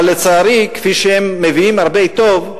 אבל לצערי, כפי שהם מביאים הרבה טוב,